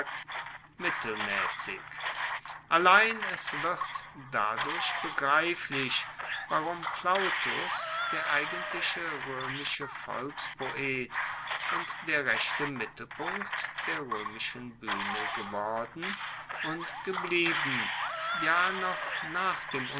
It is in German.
mittelmaessig allein es wird dadurch begreiflich warum plautus der eigentliche roemische volkspoet und der rechte mittelpunkt der roemischen buehne geworden und geblieben ja noch nach dem